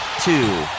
two